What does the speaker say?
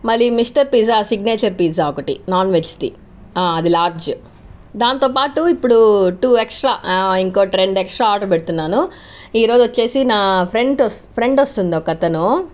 మళ్ళీ mister pizza signature pizza ఒకటి non వెజ్ది అది లార్జ్ దాంతోపాటు ఇప్పుడు టూ ఎక్స్ట్రా ఇంకోటి రెండు ఎక్స్ట్రా ఆర్డర్ పెడుతున్నాను ఈ రోజు వచ్చేసి నా ఫ్రెండ్ ఫ్రెండ్ వస్తుంది ఒకతను